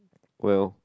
well